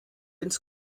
ins